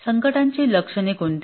संकटांची लक्षणे कोणती